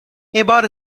embora